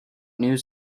news